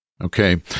Okay